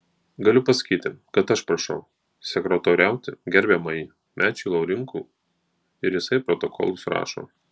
galiu pasakyti kad aš prašau sekretoriauti gerbiamąjį mečį laurinkų ir jisai protokolus rašo